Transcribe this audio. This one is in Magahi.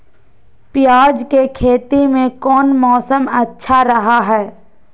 प्याज के खेती में कौन मौसम अच्छा रहा हय?